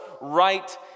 right